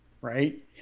right